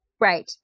Right